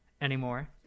anymore